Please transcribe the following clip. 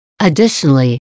Additionally